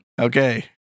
Okay